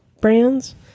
brands